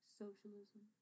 socialism